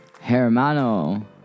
Hermano